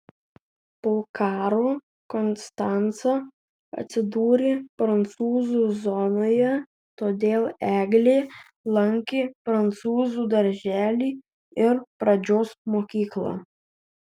po karo konstanca atsidūrė prancūzų zonoje todėl eglė lankė prancūzų darželį ir pradžios mokyklą